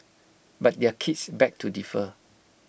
but their kids beg to differ